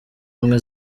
ubumwe